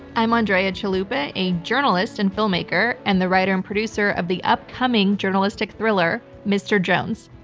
i'm andrea chalupa, a journalist and filmmaker, and the writer and producer of the upcoming journalistic thriller, mr. jones.